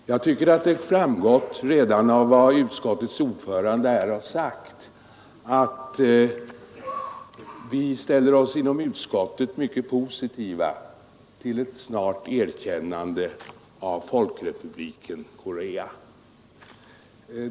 Fru talman! Jag tycker att det framgått redan av vad utskottets ordförande här har sagt att vi inom utskottet ställer oss mycket positiva till ett snart erkännande av folkrepubliken Korea.